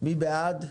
מי בעד?